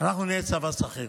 אנחנו נהיה צבא שכיר,